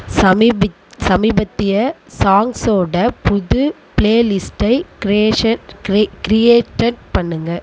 சமீபித் சமீபத்திய சாங்ஸ்ஸோடய புது ப்ளேலிஸ்ட்டை க்ரேஷன் க்ரி க்ரியேட்டட் பண்ணுங்கள்